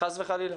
חס וחלילה.